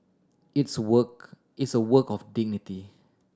it's work it's a work of dignity